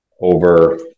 over